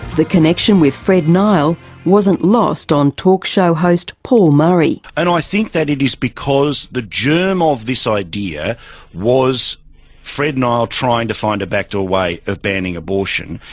the connection with fred nile wasn't lost on talk show host paul murray. and i think that it is because the germ of this idea was fred nile trying to find a backdoor way of banning abortion,